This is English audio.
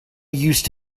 used